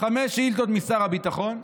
חמש שאילתות לשר הביטחון,